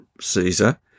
Caesar